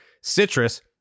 citrus